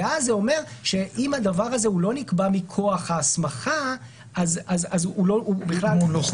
ואז זה אומר שאם הדבר הזה לא נקבע מכוח ההסמכה אז הוא לא חוקי.